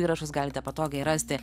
įrašus galite patogiai rasti